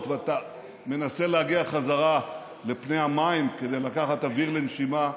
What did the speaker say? ואתה מנסה להגיע חזרה לפני המים כדי לקחת אוויר לנשימה,